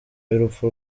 y’urupfu